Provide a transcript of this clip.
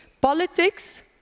politics